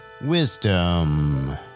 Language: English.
Wisdom